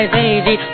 baby